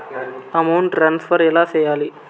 amount transfer ఎలా సేయాలి